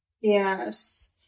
Yes